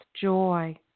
joy